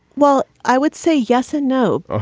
well, i would say yes and no. ah